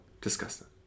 Disgusting